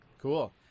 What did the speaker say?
Cool